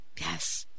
yes